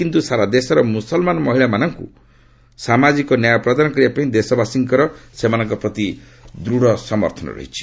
କିନ୍ତୁ ସାରା ଦେଶର ମୁସଲମାନ ମହିଳାମାନଙ୍କୁ ସାମାଜିକ ନ୍ୟାୟ ପ୍ରଦାନ କରିବା ପାଇଁ ଦେଶବାସୀଙ୍କର ସେମାନଙ୍କ ପ୍ରତି ଦୃଢ଼ ସମର୍ଥନ ରହିଛି